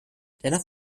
dennoch